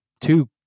two